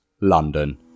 London